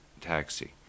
taxi